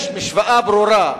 יש משוואה ברורה: